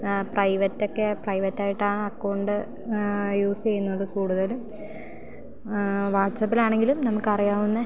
ആ പ്രൈവറ്റൊക്കെ പ്രൈവറ്റായിട്ടാണ് അക്കൗണ്ട് യൂസ് ചെയ്യുന്നത് കൂടുതൽ ആ വാട്സപ്പിലാണെങ്കിലും നമുക്കറിയാവുന്ന